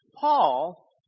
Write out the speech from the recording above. Paul